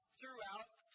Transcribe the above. throughout